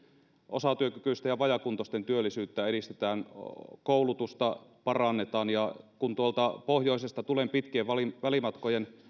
osatyökykyisten ja vajaakuntoisten työllisyyttä edistetään ja koulutusta parannetaan ja kun tuolta pohjoisesta tulen pitkien välimatkojen